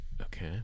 okay